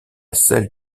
celle